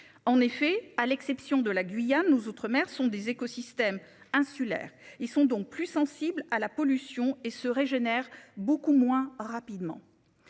En effet, à l'exception de la Guyane outre-mer sont des écosystèmes insulaires. Ils sont donc plus sensibles à la pollution et se régénère beaucoup moins rapidement.